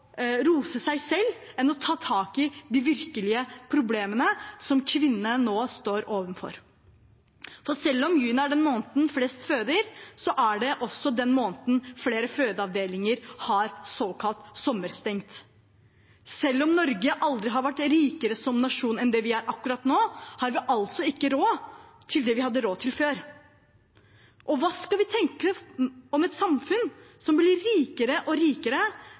rose seg selv enn av å ta tak i de virkelige problemene kvinner nå står overfor. For selv om juni er den måneden flest føder, er det også den måneden flere fødeavdelinger har såkalt sommerstengt. Selv om Norge aldri har vært rikere som nasjon enn det vi er akkurat nå, har vi altså ikke råd til det vi hadde råd til før. Og hva skal vi tenke om et samfunn som blir rikere og rikere,